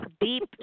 deep